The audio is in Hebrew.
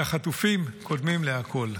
כי החטופים קודמים לכול.